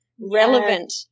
relevant